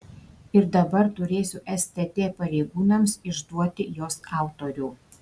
ir dabar turėsiu stt pareigūnams išduoti jos autorių